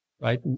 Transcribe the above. right